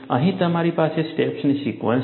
અહીં તમારી પાસે સ્ટેપ્સની સિક્વન્સ છે